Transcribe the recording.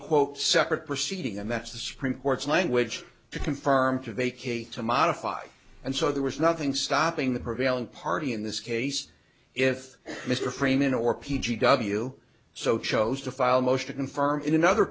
quote separate proceeding and that's the supreme court's language to confirm to vacate to modify and so there was nothing stopping the prevailing party in this case if mr freeman or p g w so chose to file a motion confirm in another